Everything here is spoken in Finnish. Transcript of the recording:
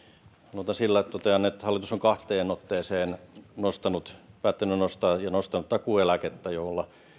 aloitan sillä että totean että hallitus on kahteen otteeseen päättänyt nostaa ja nostanut takuueläkettä jolla